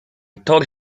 tore